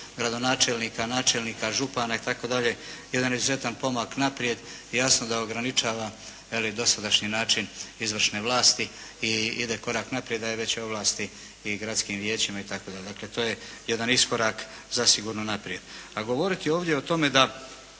gradonačelnika, načelnika, župana itd. jedan izuzetan pomak naprijed i jasno da ograničava dosadašnji način izvršne vlasti i ide korak naprijed, daje veće ovlasti i gradskim vijećima itd. To je dakle jedan iskorak zasigurno naprijed. A govoriti ovdje o tome da